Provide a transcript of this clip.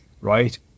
right